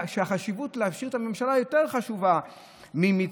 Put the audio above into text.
שהחשיבות להשאיר את הממשלה יותר חשובה ממצעד